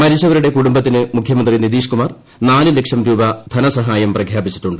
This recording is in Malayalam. മരിച്ചവരുടെ കുടുംബത്തിന് മുഖ്യമന്ത്രി നിതീഷ് കുമാർ നാലുലക്ഷം രൂപ ധനസഹായം പ്രഖ്യാപിച്ചിട്ടുണ്ട്